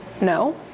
no